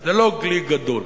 זה לא גליק גדול.